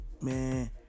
man